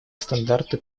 стандарты